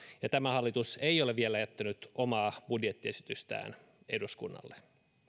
ja tämä hallitus ei ole vielä jättänyt omaa budjettiesitystään eduskunnalle